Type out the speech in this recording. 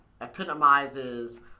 epitomizes